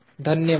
धन्यवाद